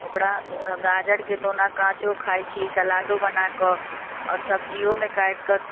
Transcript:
ओकरा गाजर के तऽ ओना काचो खाइ छी सलादो बना के आओर सब्जियो मे काटि के